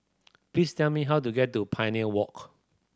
please tell me how to get to Pioneer Walk